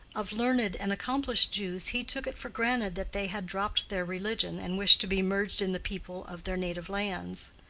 of learned and accomplished jews he took it for granted that they had dropped their religion, and wished to be merged in the people of their native lands.